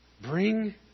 bring